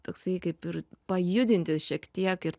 toksai kaip ir pajudinti šiek tiek ir